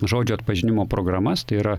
žodžių atpažinimo programas tai yra